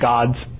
God's